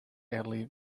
early